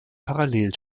parallel